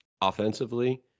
Offensively